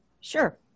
Sure